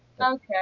Okay